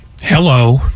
Hello